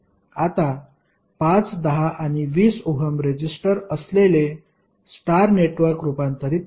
आता 5 10 आणि 20 ohm resistor असलेले स्टार नेटवर्क रूपांतरित करू